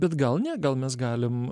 bet gal ne gal mes galim